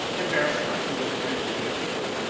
embarrassed my english friends a good deal.